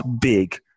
big